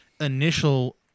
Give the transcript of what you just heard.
initial